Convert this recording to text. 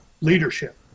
leadership